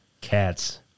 Cats